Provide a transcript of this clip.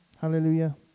Hallelujah